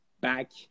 back